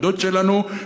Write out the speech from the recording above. ודוד שלנו,